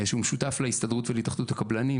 שהוא משותף להסתדרות והתאחדות הקבלנים,